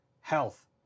health